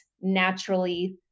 naturally